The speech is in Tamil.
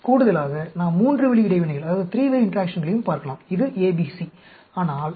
கூடுதலாக நாம் மூன்று வழி இடைவினைகளையும் பார்க்கலாம் இது A B C